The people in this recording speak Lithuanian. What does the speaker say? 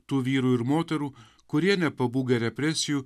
tų vyrų ir moterų kurie nepabūgę represijų